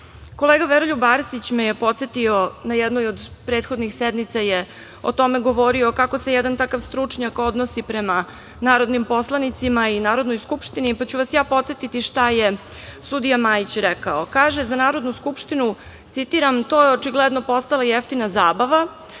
Veroljub Arsić me je podsetio, na jednoj od prethodnih sednica je o tome govorio kako se jedan takav stručnjak odnosi prema narodnim poslanicima i Narodnoj skupštini, pa ću vas ja podsetiti šta je sudija Majić rekao. Kaže za Narodnu skupštinu, citiram - to je očigledno postalo jeftina zabava,